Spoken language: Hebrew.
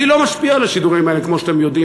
אני לא משפיע על השידורים האלה, כמו שאתם יודעים.